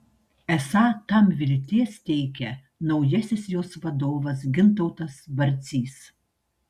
esą tam vilties teikia naujasis jos vadovas gintautas barcys